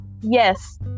Yes